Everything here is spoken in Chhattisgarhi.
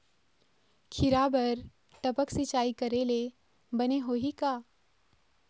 खिरा बर टपक सिचाई करे ले बने होही का?